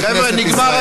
בכנסת ישראל.